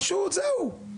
פשוט, זהו.